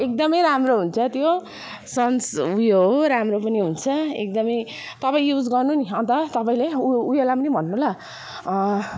एकदमै राम्रो हुन्छ त्यो सन्स ऊ यो हो राम्रो पनि हुन्छ एकदमै तपाईँ युज गर्नु नि अन्त तपाईँले ऊ यो ऊ योलाई पनि भन्नू ल